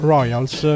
Royals